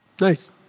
Nice